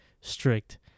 strict